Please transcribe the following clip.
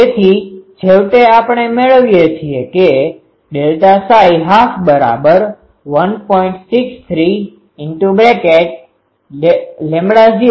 તેથી છેવટે આપણે મેળવીએ છીએ કે 121